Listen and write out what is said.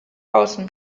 außen